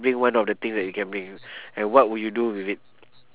bring one of the thing that you can bring and what would you do with it